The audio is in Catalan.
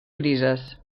grises